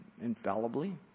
infallibly